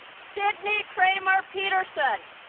sydney kramer peterson